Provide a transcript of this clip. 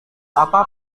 apa